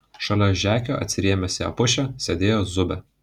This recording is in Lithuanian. šalia žekio atsirėmęs į epušę sėdėjo zubė